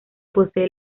posee